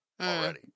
already